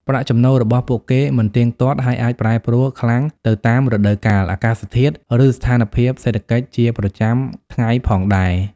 ប្រាក់ចំណូលរបស់ពួកគេមិនទៀងទាត់ ហើយអាចប្រែប្រួលខ្លាំងទៅតាមរដូវកាល អាកាសធាតុ ឬស្ថានភាពសេដ្ឋកិច្ចជាប្រចាំថ្ងៃផងដែរ ។